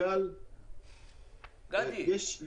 כתוב פה בהאי לישנא ש --- שלא יעשו שימוש.